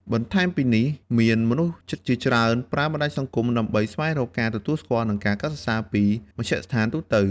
នបន្ថែមពីនេះមាន មនុស្សជាច្រើនប្រើបណ្តាញសង្គមដើម្បីស្វែងរកការទទួលស្គាល់ និងការកោតសរសើរពីមជ្ឈដ្ឋានទូទៅ។